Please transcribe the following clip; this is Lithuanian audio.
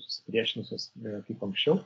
susipriešinusios ne kaip anksčiau